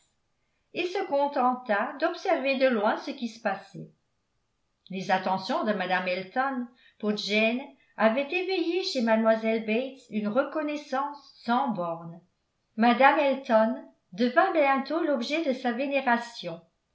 et se contenta d'observer de loin ce qui se passait les attentions de mme elton pour jane avaient éveillé chez mlle bates une reconnaissance sans bornes mme elton devint bientôt l'objet de sa vénération